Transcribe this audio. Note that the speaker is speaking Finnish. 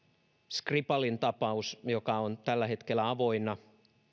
skripalin tapaus joka on tällä hetkellä avoinna